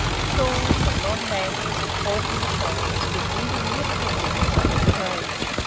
shawls and long mantles that fall from the shoulders give even youthful figures a look of age,